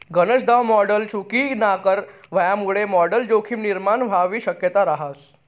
गनज दाव मॉडल चुकीनाकर व्हवामुये मॉडल जोखीम निर्माण व्हवानी शक्यता रहास